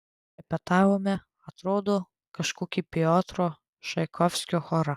repetavome atrodo kažkokį piotro čaikovskio chorą